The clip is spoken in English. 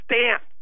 stamp